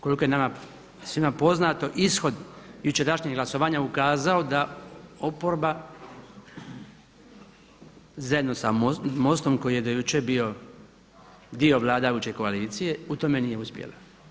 Koliko je nama svima poznato ishod jučerašnjeg glasovanja je ukazao da oporba zajedno sa MOST-om koji je do jučer bio dio vladajuće koalicije u tome nije uspjela.